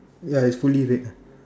ya it's fully red